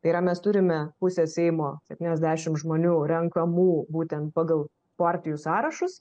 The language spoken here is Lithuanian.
tai yra mes turime pusę seimo septyniasdešim žmonių renkamų būtent pagal partijų sąrašus